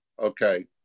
okay